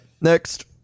next